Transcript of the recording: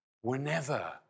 whenever